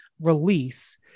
release